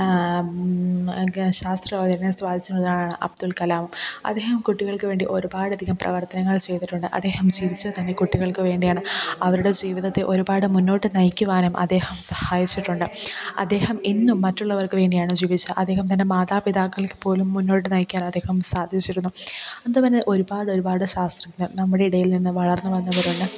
ശാസ്ത്ര ലോക നിച്ചൊരാളാണ് അബ്ദുൽ കലാം അദ്ദേഹം കുട്ടികൾക്ക് വേണ്ടി ഒരുപാടധികം പ്രവർത്തനങ്ങൾ ചെയ്തിട്ടുണ്ട് അദ്ദേഹം ജീവിച്ചത് തന്നെ കുട്ടികൾക്ക് വേണ്ടിയാണ് അവരുടെ ജീവിതത്തെ ഒരുപാട് മുന്നോട്ട് നയിക്കുവാനും അദ്ദേഹം സഹായിച്ചിട്ടുണ്ട് അദ്ദേഹം എന്നും മറ്റുള്ളവർക്ക് വേണ്ടിയാണ് ജീവിച്ചെ അദ്ദേഹം തൻ്റെ മാതാപിതാക്കളിൽ പോലും മുന്നോട്ട് നയിക്കാനദ്ദേഹം സാധിച്ചിരുന്നു എന്തോ പിന്നെ ഒരുപാടൊരുപാട് ശാസ്ത്രജ്ഞർ നമ്മുടെ ഇടയിൽ നിന്ന് വളർന്നു വന്നവരാണ്